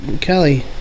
Kelly